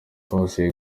twasuye